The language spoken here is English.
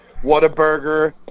Whataburger